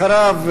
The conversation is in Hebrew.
אחריו,